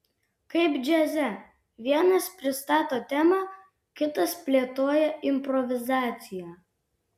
kaip džiaze vienas pristato temą kitas plėtoja improvizaciją